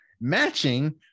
matching